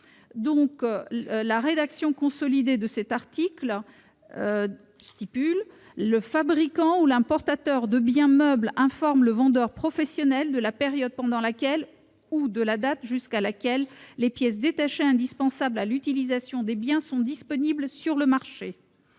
loi. La rédaction consolidée de cet article indique :« Le fabricant ou l'importateur de biens meubles informe le vendeur professionnel de la période pendant laquelle ou de la date jusqu'à laquelle les pièces détachées indispensables à l'utilisation des biens sont disponibles sur le marché.